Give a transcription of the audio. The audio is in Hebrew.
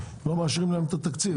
לא מאשרים את התקציב.